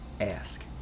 ask